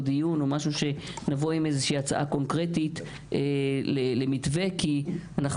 דיון או משהו שנבוא עם איזושהי הצעה קונקרטית למתווה כי אנחנו